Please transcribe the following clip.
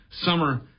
summer